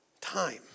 time